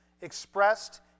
expressed